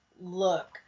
look